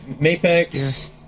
Mapex